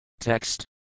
Text